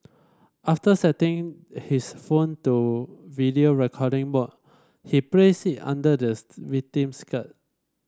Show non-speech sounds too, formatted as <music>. after setting his phone to video recording mode he placed it under the <unintelligible> victim's skirt